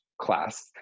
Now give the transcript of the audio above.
class